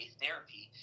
therapy